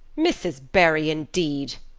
mrs. barry indeed!